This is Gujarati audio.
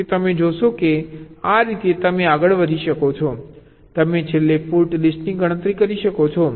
તેથી તમે જોશો કે આ રીતે તમે આગળ વધી શકો છો તમે છેલ્લે ફોલ્ટ લિસ્ટની ગણતરી કરી શકો છો